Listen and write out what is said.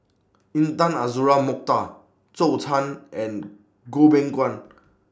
Intan Azura Mokhtar Zhou Can and Goh Beng Kwan